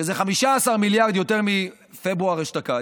שזה 15 מיליארד יותר מפברואר אשתקד,